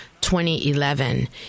2011